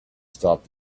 stop